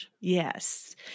Yes